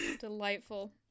delightful